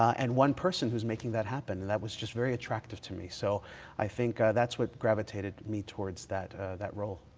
and one person who's making that happen, and that was just very attractive to me. so i think that's what gravitated me towards that that role.